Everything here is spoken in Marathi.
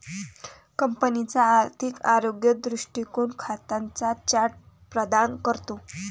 कंपनीचा आर्थिक आरोग्य दृष्टीकोन खात्यांचा चार्ट प्रदान करतो